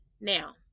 Now